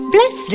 Bless